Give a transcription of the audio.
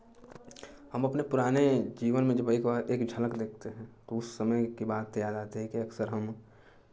हम अपने पुराने जीवन में जब एक बार एक झलक देखते हैं तो उस समय की बात याद आती है कि अक्सर हम